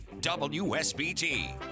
WSBT